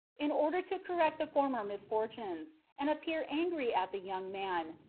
in order to correct the former misfortunes, and appeared angry at the young man,